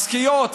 משכיות,